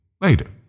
later